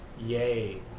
Yay